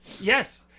Yes